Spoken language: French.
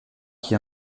qui